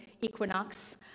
equinox